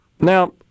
Now